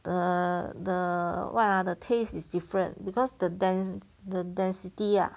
the the what ah the taste is different because the dense the density ah